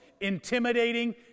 intimidating